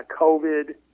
COVID